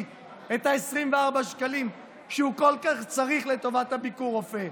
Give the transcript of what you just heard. את ה-24 שקלים שהוא כל כך צריך לטובת הביקור רופא.